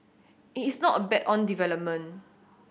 it is not a bet on development